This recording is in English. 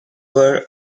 were